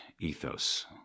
ethos